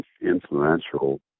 influential